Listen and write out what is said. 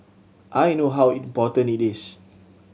I know how important it is